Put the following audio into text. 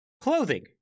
clothing